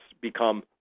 become